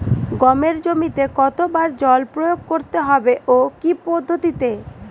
গমের জমিতে কতো বার জল প্রয়োগ করতে হবে ও কি পদ্ধতিতে?